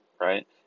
right